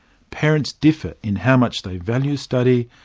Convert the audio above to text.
parents differ in how much they value study,